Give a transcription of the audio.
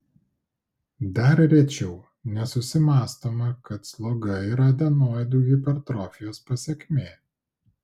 dar rečiau nesusimąstoma kad sloga yra adenoidų hipertrofijos pasekmė